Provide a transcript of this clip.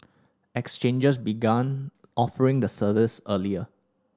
exchanges began offering the service earlier